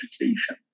education